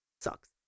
sucks